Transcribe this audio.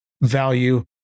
value